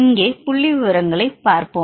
இங்கே புள்ளிவிவரங்களைப் பார்ப்போம்